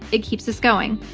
it keeps us going.